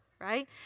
right